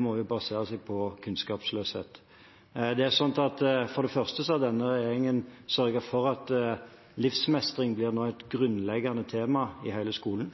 må jo basere seg på kunnskapsløshet. Denne regjeringen sørget for at livsmestring nå blir et grunnleggende tema i hele skolen.